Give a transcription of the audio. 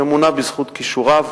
שמונה בזכות כישוריו.